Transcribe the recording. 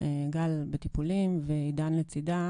גל בטיפולים ועידן לצידה,